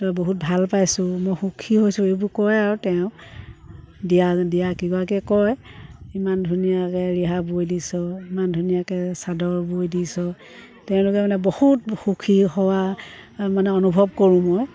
তই বহুত ভাল পাইছোঁ মই সুখী হৈছোঁ এইবোৰ কয় আৰু তেওঁ দিয়া দিয়া কেইগৰাকীয়ে কয় ইমান ধুনীয়াকৈ ৰিহা বৈ দিছ ইমান ধুনীয়াকৈ চাদৰ বৈ দিছ তেওঁলোকে মানে বহুত সুখী হোৱা মানে অনুভৱ কৰোঁ মই